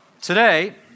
today